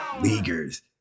leaguers